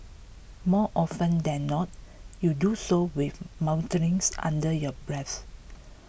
more often than not you do so with mutterings under your breath